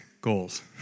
goals